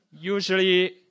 Usually